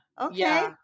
Okay